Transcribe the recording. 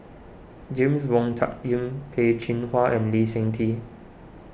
James Wong Tuck Yim Peh Chin Hua and Lee Seng Tee